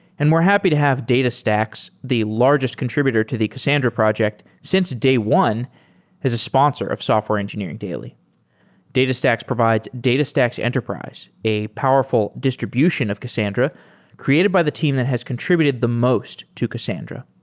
and we're happy to have datastax, the largest contributed to the cassandra project since day one as a sponsor of software engineering daily datastax provides datastax enterprise, a powerful distribution of cassandra created by the team that has contributed the most to cassandra.